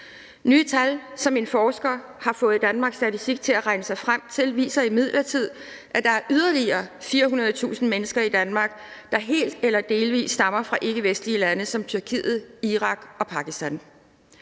Nye tal, som en forsker har fået Danmarks Statistik til at regne sig frem til, viser imidlertid, at der er yderligere 400.000 mennesker i Danmark, der helt eller delvist stammer fra ikkevestlige lande som Tyrkiet, Irak og Pakistan.